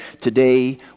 today